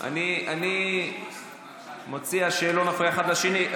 אני מציע שלא נפריע אחד לשני.